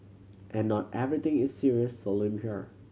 and not everything is serious solemn here